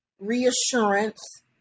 reassurance